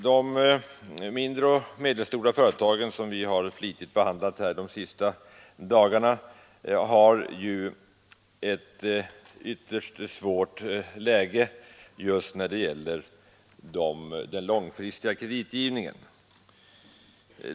De mindre och medelstora företagen, som vi flitigt behandlat de senaste dagarna, befinner sig i ett ytterst svårt läge just när det gäller långfristig kreditgivning.